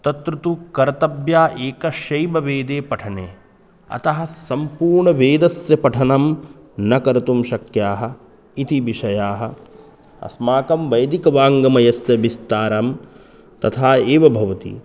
तत्र तु कर्तव्या एकस्यैव वेदे पठने अतः सम्पूर्णवेदस्य पठनं न कर्तुं शक्यः इति विषयः अस्माकं वैदिकवाङ्गमयस्य विस्तारं तथा एव भवति